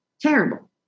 terrible